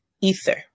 ether